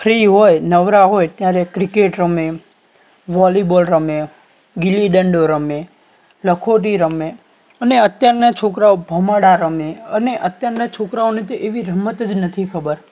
free હોય નવરા હોય ત્યારે ક્રિકેટ રમે વોલીબોલ રમે ગીલીડંડો રમે લખોટી રમે અને અત્યારના છોકરાઓ ભમરડા રમે અને અત્યારના છોકરાઓને તો એવી રમત જ નથી ખબર